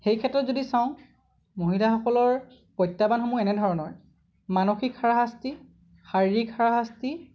সেইক্ষেত্ৰত যদি চাওঁ মহিলাসকলৰ প্ৰত্যাহ্বানসমূহ এনেধৰণৰ মানসিক হাৰাশাস্তি শাৰিৰীক হাৰাশাস্তি